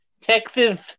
Texas